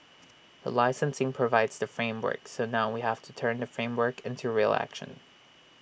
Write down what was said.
the licensing provides the framework so now we have to turn the framework into real action